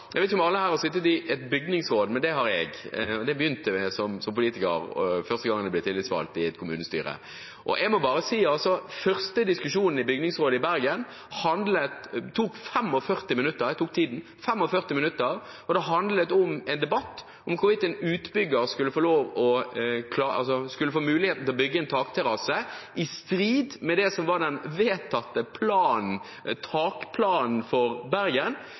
Jeg vet ikke om alle her har sittet i et bygningsråd, men det har jeg. Det var der jeg begynte som politiker, første gang jeg var tillitsvalgt i et kommunestyre. Den første diskusjonen i bygningsrådet i Bergen tok 45 minutter – jeg tok tiden – og den handlet om hvorvidt en utbygger skulle få mulighet til å bygge en takterrasse i strid med det som var den vedtatte takplanen for Bergen.